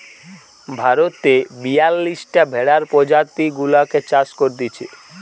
ভারতে বিয়াল্লিশটা ভেড়ার প্রজাতি গুলাকে চাষ করতিছে